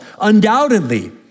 undoubtedly